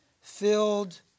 filled